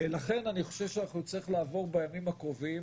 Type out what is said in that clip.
לכן אני חושב שאנחנו נצטרך לעבור בימים הקרובים